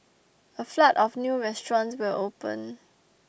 a flood of new restaurants will open